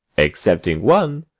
excepting one,